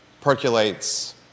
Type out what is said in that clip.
percolates